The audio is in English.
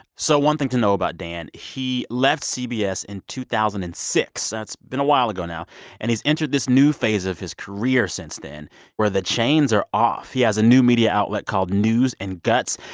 so one thing to know about dan. he left cbs in two thousand and six that's been a while ago now and he's entered this new phase of his career since then where the chains are off. he has a new media outlet called news and guts,